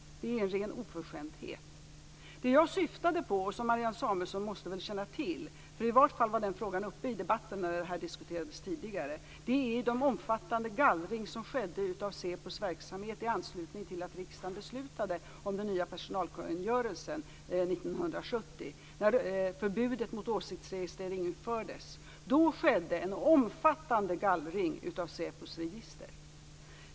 Det är en ren oförskämdhet. Det jag syftade på och som Marianne Samuelsson måste känna till - i varje fall var den frågan uppe i debetten när detta diskuterades tidigare - är den omfattande gallring som skedde i säpos verksamhet som skedde i anslutning till att riksdagen beslutade om nya personalkungörelsen år 1970, då förbudet mot åsiktsregistrering infördes. Då skedde en omfattande gallring av säpos register.